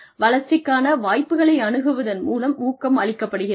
வளர்ச்சிக்கான வாய்ப்புகளை அணுகுவதன் மூலம் ஊக்கம் அளிக்கப்படுகிறது